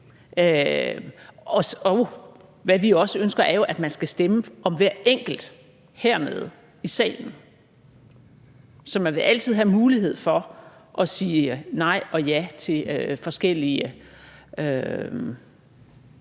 og hvad vi også ønsker, er jo, at man skal stemme om hver enkelt hernede i salen, så man altid vil have mulighed for at sige nej og ja til forskellige